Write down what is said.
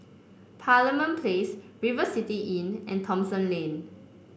Parliament Place River City Inn and Thomson Lane